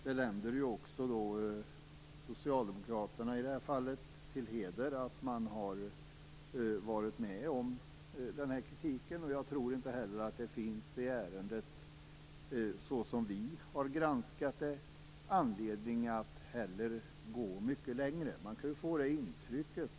Det länder ju också socialdemokraterna i det här fallet till heder att de ställt sig bakom kritiken. Jag tror inte heller att det, enligt vår granskning av ärendet, finns anledning att gå mycket längre.